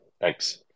thanks